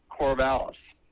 Corvallis